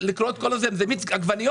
צריך לראות אם זה מיץ עגבניות,